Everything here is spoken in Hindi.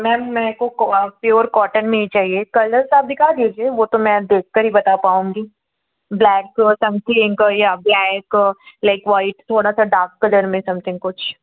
मैम मे को कॉ प्योर कॉटन में ही चाहिए कलर्स आप दिखा दीजिए वह तो मैं देख कर ही बता पाऊँगी ब्लैक समथिंक या ब्लैक लाइक व्हाइट थोड़ा सा डार्क कलर में समथिंग कुछ